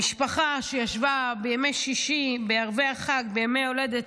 המשפחה שישבה בימי שישי, בערבי החג, בימי הולדת.